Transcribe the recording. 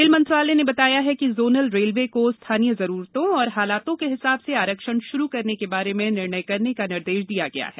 rail मंत्रालय ने बताया कि ज़ोनल रेलवे को स्थानीय जरूरतों और हालातों के हिसाब से आरक्षण श्रू करने के बारे में निर्णय करने का निर्देश दिया गया है